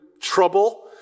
trouble